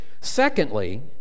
Secondly